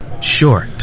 Short